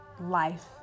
life